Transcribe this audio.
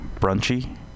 brunchy